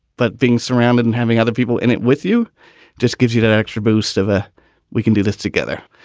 but being surrounded and having other people in it with you just gives you that extra boost of a we can do this together.